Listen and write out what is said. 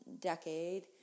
decade